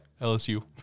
LSU